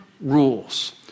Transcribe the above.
rules